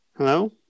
Hello